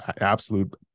absolute